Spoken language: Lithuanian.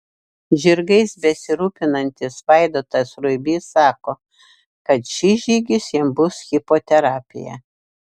žirgais besirūpinantis vaidotas ruibys sako kad šis žygis jam bus hipoterapija